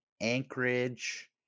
anchorage